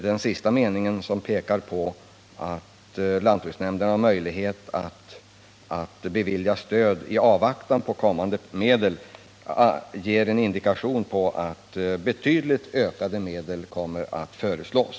Den sista meningen i svaret, i vilken det framhålls att lantbruksnämnderna har möjlighet att bevilja stöd i avvaktan på kommande medel, är kanske en indikation på att betydligt ökade medel kommer att föreslås.